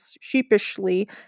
sheepishly